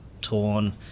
torn